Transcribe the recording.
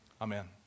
Amen